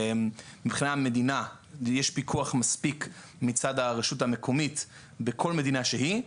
מבחינת המדינה יש פיקוח מספיק מצד הרשות המקומית בכל מדינה שהיא,